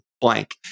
blank